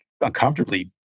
uncomfortably